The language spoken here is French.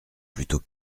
plutôt